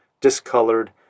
discolored